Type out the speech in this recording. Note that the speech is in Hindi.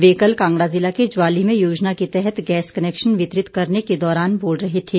वे कल कांगड़ा जिला के ज्वाली में योजना के तहत गैस कनैक्शन वितरित करने के दौरान बोल रहे थे